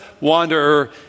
wanderer